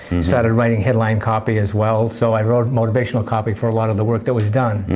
started writing headline copy as well, so i wrote motivational copy for a lot of the work that was done.